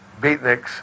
beatniks